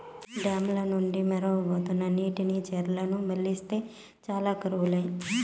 dam ల నుండి మొరవబోతున్న నీటిని చెర్లకు మల్లిస్తే చాలు కరువు లే